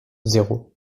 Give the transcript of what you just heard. zéro